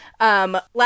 Last